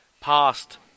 past